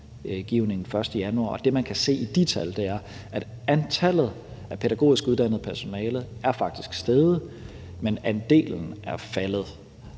lovgivningen den 1. januar. Og det, man kan se i de tal, er, at antallet af pædagogisk uddannet personale faktisk er steget, men at andelen er faldet,